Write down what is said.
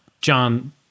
John